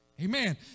Amen